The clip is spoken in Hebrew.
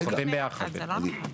הם עובדים ביחד וההחלטות יוצאות מגובשות.